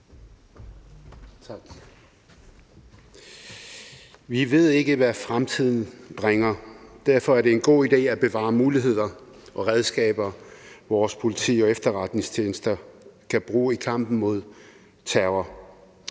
Vi ved ikke, hvad fremtiden bringer. Derfor er det en god idé at bevare muligheder og redskaber, vores politi og efterretningstjenester kan bruge i kampen mod terror.